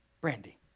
Brandy